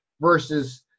versus